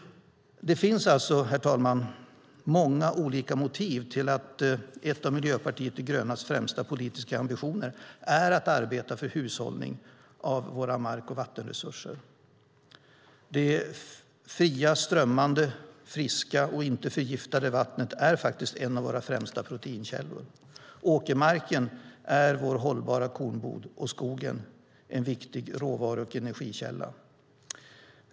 Det finns alltså, herr talman, många olika motiv till att en av Miljöpartiets de grönas främsta politiska ambitioner är att arbeta för hushållning av våra mark och vattenresurser. Det fria, strömmande, friska och ej förgiftade vattnet är faktiskt en av våra främsta proteinkällor. Åkermarken är vår hållbara kornbod, och skogen är en viktig råvaru och energikälla.